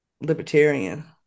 libertarian